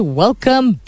welcome